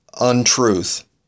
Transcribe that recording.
untruth